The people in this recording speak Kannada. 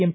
ಎಂ